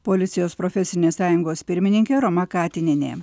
policijos profesinės sąjungos pirmininkė roma katinienė